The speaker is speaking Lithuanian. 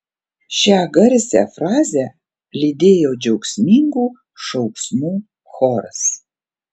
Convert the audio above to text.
šią garsią frazę lydėjo džiaugsmingų šauksmų choras